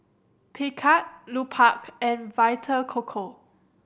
Picard Lupark and Vita Coco